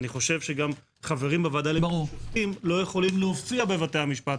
אני חושב שגם חברים בוועדה למינוי שופטים לא יכולים להופיע בבתי המשפט,